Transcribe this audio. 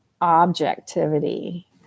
objectivity